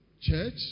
church